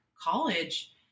college